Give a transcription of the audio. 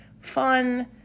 fun